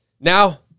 Now